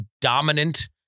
dominant